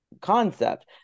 concept